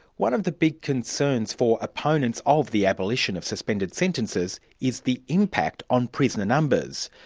one of the big concerns for opponents of the abolition of suspended sentences is the impact on prisoner numbers.